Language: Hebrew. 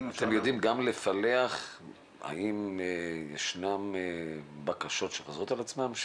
אתם יודעים גם לפלח האם ישנן בקשות שחוזרות על עצמן,